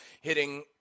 hitting